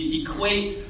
equate